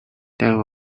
then